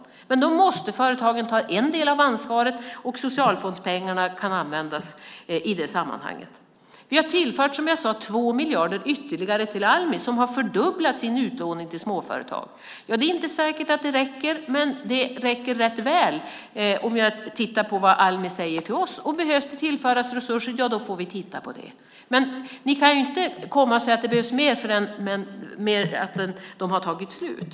Företagen måste ta en del av ansvaret, och socialfondspengarna kan användas i det sammanhanget. Vi har tillfört 2 miljarder ytterligare till Almi som har fördubblat sin utlåning till småföretag. Det är inte säkert att det räcker, men det räcker rätt väl att döma av vad Almi säger till oss. Behövs det tillföras resurser får vi titta på det, men ni kan inte komma och säga att det behövs mer innan det har tagit slut.